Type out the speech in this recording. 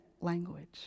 language